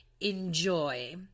Enjoy